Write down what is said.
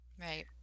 right